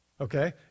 Okay